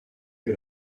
que